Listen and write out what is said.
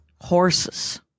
Horses